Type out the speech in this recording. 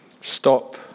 Stop